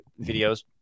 videos